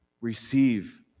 Receive